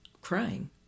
crying